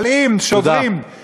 אבל אם שוברים, תודה.